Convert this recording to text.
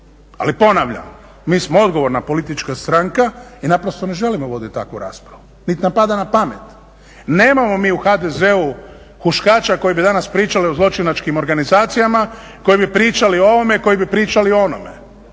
Ali ponavljam, mi smo odgovorna politička stranka i naprosto ne želimo voditi takvu raspravu, niti nam pada na pamet. Nemamo mi u HDZ-u huškača koji bi danas pričali o zločinačkim organizacijama, koji bi pričali o ovome, koji bi pričali o onome,